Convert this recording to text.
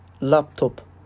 laptop